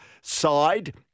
side